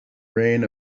reign